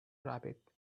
rabbit